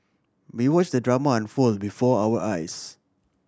we watch the drama unfold before our eyes